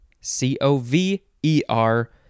C-O-V-E-R